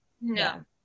No